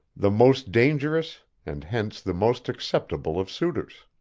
the most dangerous and hence the most acceptable of suitors.